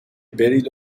برید